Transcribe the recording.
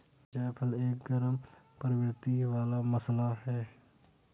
जायफल एक गरम प्रवृत्ति वाला मसाला है